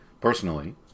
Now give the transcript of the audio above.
personally